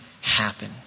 happen